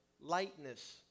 lightness